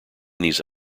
these